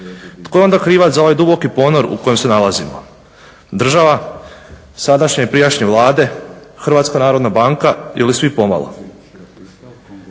Tko je onda krivac za ovaj duboki ponor u kojem se nalazimo? Država, sadašnje i prijašnje vlade, HNB ili svi pomalo?